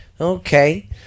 Okay